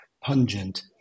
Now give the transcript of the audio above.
pungent